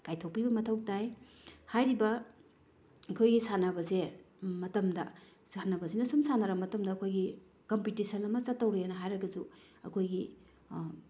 ꯀꯥꯏꯊꯣꯛꯄꯤꯕ ꯃꯊꯧ ꯇꯥꯏ ꯍꯥꯏꯔꯤꯕ ꯑꯩꯈꯣꯏꯒꯤ ꯁꯥꯟꯅꯕꯁꯦ ꯃꯇꯝꯗ ꯁꯥꯟꯅꯕꯁꯤꯅ ꯁꯨꯝ ꯁꯥꯟꯅꯔ ꯃꯇꯝꯗ ꯑꯩꯈꯣꯏꯒꯤ ꯀꯝꯄꯤꯇꯤꯁꯟ ꯑꯃ ꯆꯠꯇꯧꯔꯦꯅ ꯍꯥꯏꯔꯒꯁꯨ ꯑꯩꯈꯣꯏꯒꯤ